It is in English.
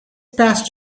past